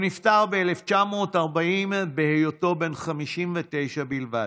הוא נפטר ב-1940, בהיותו בן 59 בלבד.